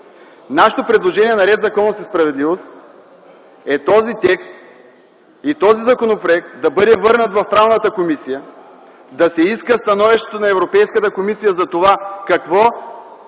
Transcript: Нашето предложение, на „Ред, законност и справедливост”, е този текст и този законопроект да бъде върнат в Правната комисия. Да се иска становището на Европейската комисия за това какво